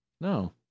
No